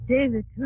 David